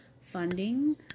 funding